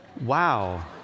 wow